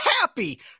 happy